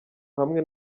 hamwe